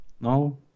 No